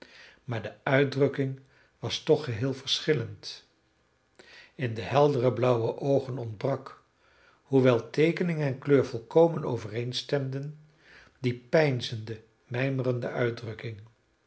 maar de uitdrukking was toch geheel verschillend in de heldere blauwe oogen ontbrak hoewel teekening en kleur volkomen overeenstemden die peinzende mijmerende uitdrukking